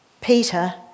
Peter